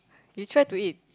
you try to eat